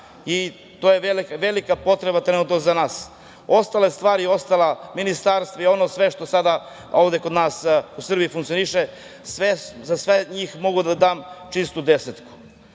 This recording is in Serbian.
i to je velika potreba trenutno za nas. Ostale stvari, ostala ministarstva i sve ono što sada ovde kod nas u Srbiji funkcioniše, za sve njih mogu da dam čistu desetku.